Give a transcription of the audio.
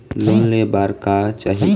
Loan ले बार का चाही?